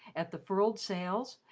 at the furled sails,